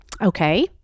okay